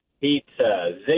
Pizza